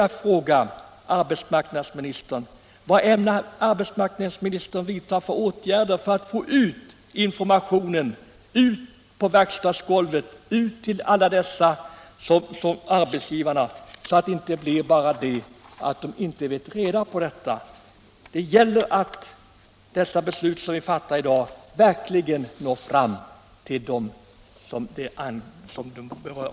Jag vill fråga arbetsmarknadsministern: Vad ämnar arbetsmarknadsministern vidta för åtgärder för att få ut informationen till verkstadsgolvet, ut till arbetsgivarna, så att de inte kan skylla på att de inte känner till de beslut som nu kommer att fattas? Det gäller att se till att de beslut som vi fattar i dag verkligen når fram till dem som de berör.